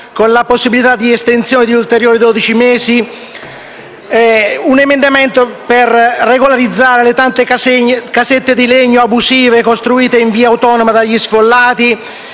con la possibilità di estensione di ulteriori dodici mesi; un emendamento per regolarizzare le tante casette di legno abusive costruite in via autonoma dagli sfollati,